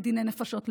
בדיני נפשות.